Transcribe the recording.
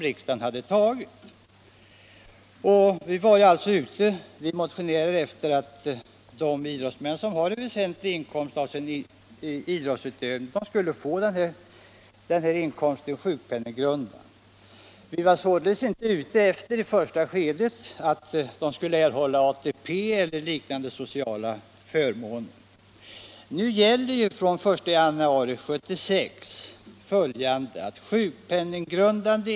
Vad vi motionärer önskade var att de idrottsmän som har en väsentlig inkomst av sin idrottsutövning skulle få denna inkomst beräknad som sjukpenninggrundande.